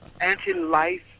anti-life